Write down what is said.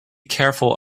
careful